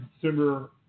Consumer